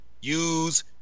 use